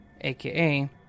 aka